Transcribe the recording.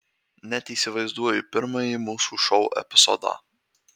net įsivaizduoju pirmąjį mūsų šou epizodą